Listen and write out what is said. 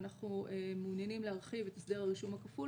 ואנחנו מעוניינים להרחיב את הסדר הרישום הכפול